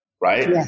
right